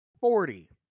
forty